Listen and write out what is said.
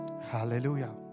Hallelujah